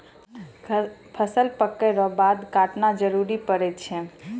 फसल पक्कै रो बाद काटना जरुरी पड़ै छै